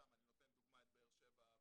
סתם אני נותן דוגמא את באר שבע ואופקים.